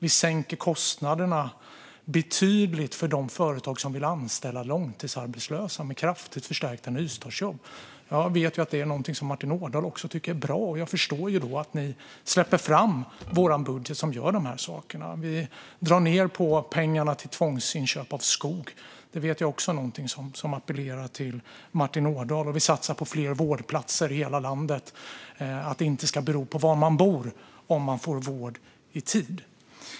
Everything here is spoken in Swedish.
Vi sänker kostnaderna betydligt för de företag som vill anställa långtidsarbetslösa med kraftigt förstärkta nystartsjobb. Jag vet att det också är någonting som Martin Ådahl tycker är bra, och jag förstår då att ni släpper fram vår budget som gör de här sakerna. Vi drar ned på pengarna till tvångsinköp av skog. Det vet jag också är någonting som appellerar till Martin Ådahl. Vi satsar också på fler vårdplatser i hela landet. Det ska inte bero på var man bor om man får vård i tid.